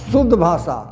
शुद्ध भाषा